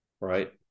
right